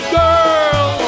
girl